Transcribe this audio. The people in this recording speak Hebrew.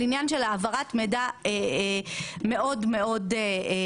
על עניין של העברת מידע מאוד מהיר.